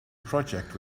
project